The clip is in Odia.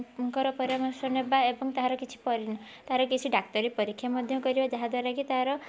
ପରାମର୍ଶ ନେବା ଏବଂ ତାହାର କିଛି ତାହାରି କିଛି ଡାକ୍ତରୀ ପରୀକ୍ଷା ମଧ୍ୟ କରିବା ଯାହାଦ୍ଵାରା କି ତାହାର